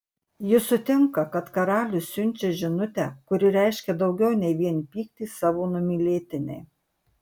ji sutinka kad karalius siunčia žinutę kuri reiškia daugiau nei vien pyktį savo numylėtinei